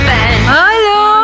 Hello